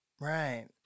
Right